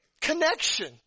connection